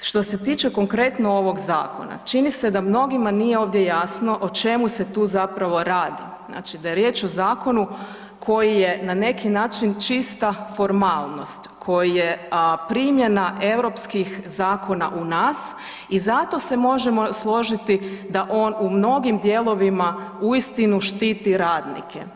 Što se tiče konkretno ovog zakona, čini se da mnogima nije ovdje jasno o čemu se tu zapravo radi, znači da je riječ o zakonu koji je na neki način čista formalnost, koji je primjena europskih zakona u nas i zato se možemo složiti da on u mnogim dijelovima uistinu štiti radnike.